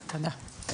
תודה.